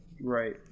Right